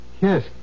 Yes